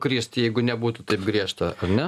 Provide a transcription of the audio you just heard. kristi jeigu nebūtų taip griežta ar ar ne